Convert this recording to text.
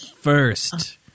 First